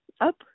up